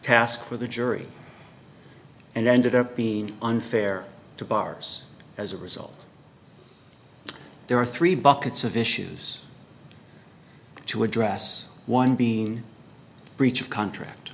task for the jury and ended up being unfair to bars as a result there are three buckets of issues to address one being a breach of contract